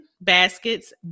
baskets